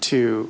to